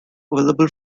available